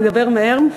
אני אדבר מהר,